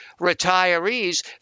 retirees